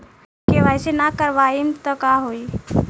KYC ना करवाएम तब का होई?